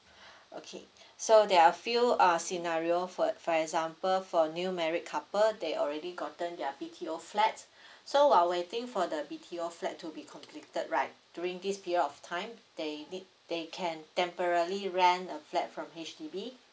okay so there are few uh scenario for for example for new married couple they already gotten their B_T_O flats so while waiting for the B_T_O flat to be completed right during this period of time they need they can temporally rent a flat from H_D_B